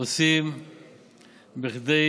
עושים כדי